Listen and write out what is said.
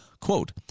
Quote